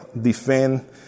defend